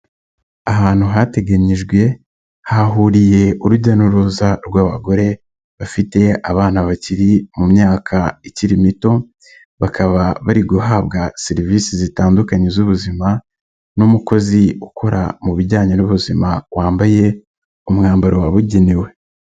Ahantu hateganyijwe, hahuriye urujya n'uruza rw'abagore, bafite abana bakiri mu myaka ikiri mito, bakaba bari guhabwa serivisi zitandukanye z'ubuzima n'umukozi ukora mu bijyanye n'ubuzima, wambaye umwambaro wabugenewe.